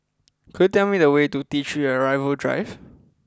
could you tell me the way to T three Arrival Drive